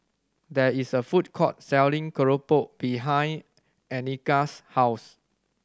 there is a food court selling keropok behind Anika's house